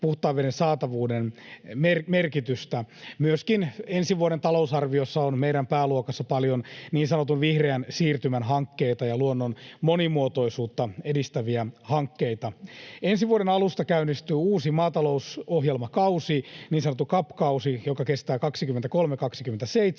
puhtaan veden saatavuuden, merkitystä. Myöskin ensi vuoden talousarviossa on meidän pääluokassamme paljon niin sanotun vihreän siirtymän hankkeita ja luonnon monimuotoisuutta edistäviä hankkeita. Ensi vuoden alusta käynnistyy uusi maatalousohjelmakausi, niin sanottu CAP-kausi, joka kestää vuodet